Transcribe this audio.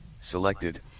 selected